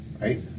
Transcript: right